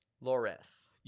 Loris